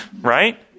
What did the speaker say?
Right